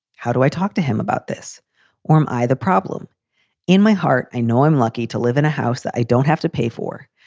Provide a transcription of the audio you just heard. how do i talk to him about this or am i the problem in my heart? i know i'm lucky to live in a house that i don't have to pay for,